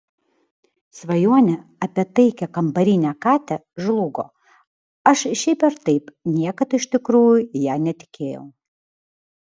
svajonė apie taikią kambarinę katę žlugo aš šiaip ar taip niekad iš tikrųjų ja netikėjau